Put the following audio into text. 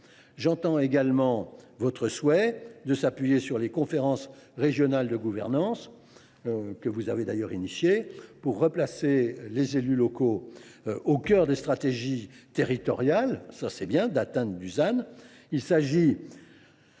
J’entends également votre souhait de vous appuyer sur les conférences régionales de gouvernance, que vous avez lancées, pour replacer les élus locaux au cœur des stratégies territoriales d’atteinte du ZAN.